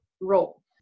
role